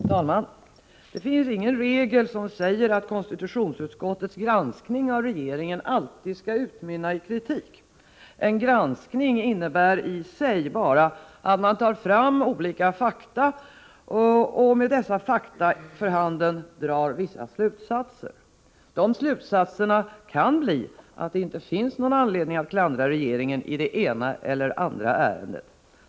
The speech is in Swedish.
Herr talman! Det finns ingen regel som säger att konstitutionsutskottets granskning av regeringen alltid skall utmynna i kritik. En granskning innebär i sig bara att man tar fram olika fakta och med dessa fakta för ögonen sedan drar vissa slutsatser. De slutsatserna kan bli att det inte finns någon anledning att klandra regeringen i det ena eller andra ärendet.